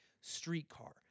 streetcar